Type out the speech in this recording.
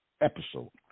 episode